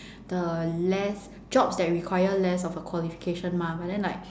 the less jobs that require less of a qualification mah but then like